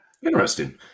Interesting